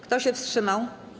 Kto się wstrzymał?